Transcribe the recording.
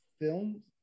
film's